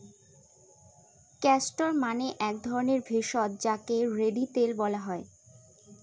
castor মানে এক ধরণের ভেষজ যাকে রেড়ি তেল বলা হয়